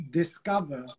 discover